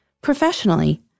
Professionally